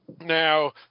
Now